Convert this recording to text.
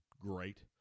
great